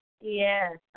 yes